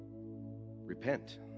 Repent